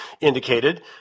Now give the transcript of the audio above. indicated